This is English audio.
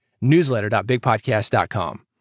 newsletter.bigpodcast.com